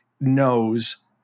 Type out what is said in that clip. knows